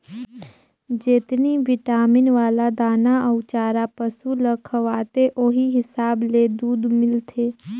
जेतनी बिटामिन वाला दाना अउ चारा पसु ल खवाथे ओहि हिसाब ले दूद मिलथे